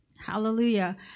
hallelujah